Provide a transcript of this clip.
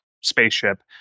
spaceship